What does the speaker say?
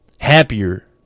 happier